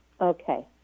Okay